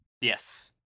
Yes